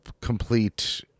complete